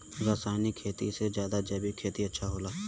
रासायनिक खेती से ज्यादा जैविक खेती अच्छा होला